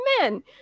men